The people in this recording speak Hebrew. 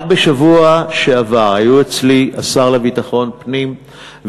רק בשבוע שעבר היו אצלי השר לביטחון פנים,